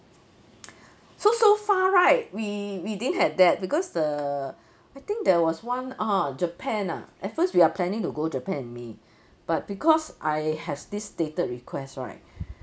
so so far right we we didn't had that because the I think there was one ah japan ah at first we are planning to go japan in may but because I have this stated request right